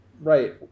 right